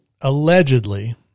allegedly